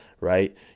Right